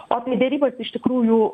o apie derybas iš tikrųjų